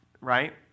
right